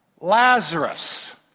Lazarus